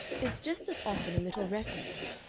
it's just as often a little refuge.